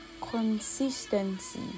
Consistency